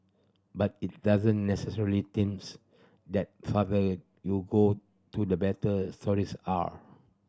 but it doesn't necessarily seems that farther you go to the better stories are